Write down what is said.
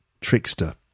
trickster